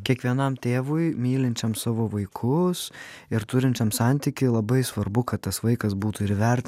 kiekvienam tėvui mylinčiam savo vaikus ir turinčiam santykį labai svarbu kad tas vaikas būtų ir įvertintas